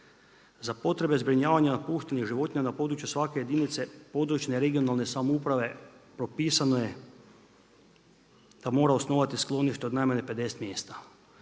Za potrebe zbrinjavanja napuštenih životinja na području svake jedinice područne, regionalne samouprave propisano je da mora osnovati sklonište od najmanje 50 mjesta.